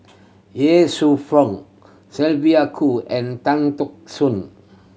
Ye Shufang Sylvia Kho and Tan Teck Soon